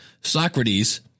Socrates